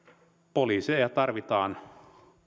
poliiseja tarvitaan